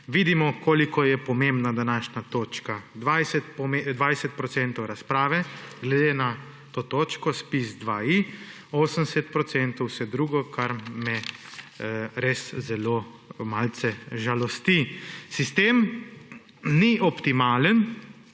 vidimo, koliko je pomembna današnja točka. 20 % razprave glede na to točko ZPIZ-2I, 80 % vse drugo, kar me res zelo malce žalosti. Sistem ni optimalen,